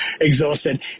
exhausted